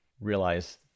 realize